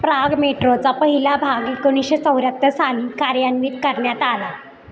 Prague मेट्रोचा पहिला भाग एकोणीशे चौऱ्याहत्तर साली कार्यान्वित करण्यात आला